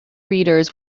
readers